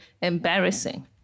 embarrassing